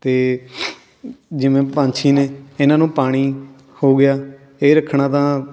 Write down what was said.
ਅਤੇ ਜਿਵੇਂ ਪੰਛੀ ਨੇ ਇਨ੍ਹਾਂ ਨੂੰ ਪਾਣੀ ਹੋ ਗਿਆ ਇਹ ਰੱਖਣਾ ਤਾਂ